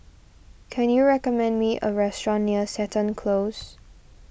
can you recommend me a restaurant near Seton Close